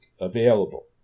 available